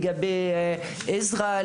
לגבי עזרה,